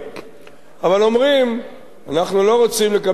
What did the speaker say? אבל אומרים: אנחנו לא רוצים לקבל שום פשרה